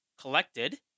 collected